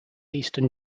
eastern